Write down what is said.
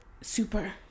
super